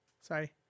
Sorry